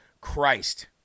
Christ